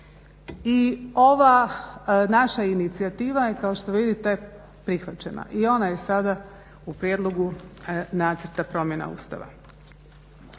I ova naša inicijativa je kao što vidite prihvaćena i ona je sada u prijedlogu nacrta promjena Ustava.